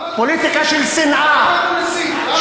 פוליטיקה של שנאה.